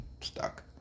stuck